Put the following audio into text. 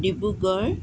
Dibrugarh